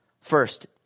First